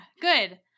good